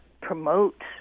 promote